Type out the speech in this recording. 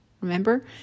remember